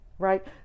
right